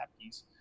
piece